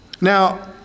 Now